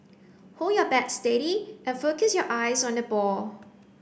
hold your bat steady and focus your eyes on the ball